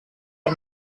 are